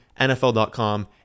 nfl.com